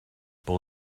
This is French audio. pour